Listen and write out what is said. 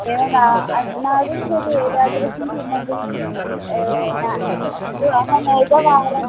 एवं वा अस्माकं प्रति एतादृशं किमपि नास्ति किन्तु अहमेकवारं